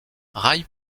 rail